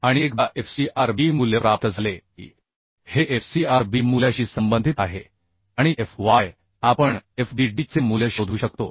आणि एकदा f c r b मूल्य प्राप्त झाले की हे f c r b मूल्याशी संबंधित आहे आणि f y आपण f b d चे मूल्य शोधू शकतो